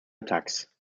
attacks